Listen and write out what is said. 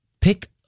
Pick